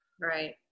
right